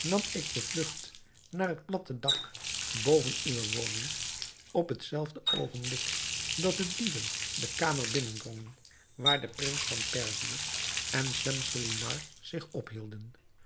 ik de vlugt naar het platte dak boven uwe woning op het zelfde oogenblik dat de dieven de kamer binnendrongen waar de prins van perzië en schemselnihar zich ophielden